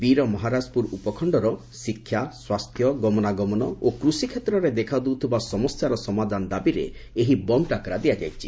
ବୀରମହାରାଜପୁର ଉପଖଶ୍ତର ଶିକ୍ଷା ସ୍ୱାସ୍ଥ୍ ଗମନାଗମନ ଓ କୃଷିକ୍ଷେତ୍ରରେ ଦେଖାଦେଉଥିବା ସମସ୍ୟାର ସମାଧାନ ଦାବିରେ ଏହି ବନ୍ଦ୍ ଡାକରା ଦିଆଯାଇଛି